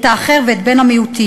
את האחר ואת בן המיעוטים,